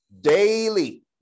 daily